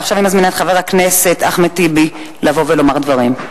ועכשיו אני מזמינה את חבר הכנסת אחמד טיבי לבוא ולומר דברים.